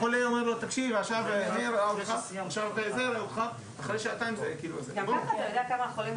לעומת מה שהנוסח אומר עכשיו כי אני לא יודעת מה הנוסח אומר